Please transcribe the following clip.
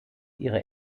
ihre